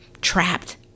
trapped